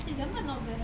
eh Zambuk not bad leh